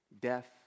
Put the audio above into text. death